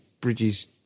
bridges